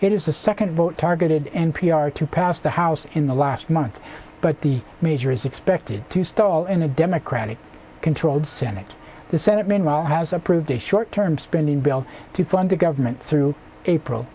radio it is the second vote targeted n p r to pass the house in the last month but the major is expected to stall in a democratic controlled senate the senate meanwhile has approved a short term spending bill to fund the government through april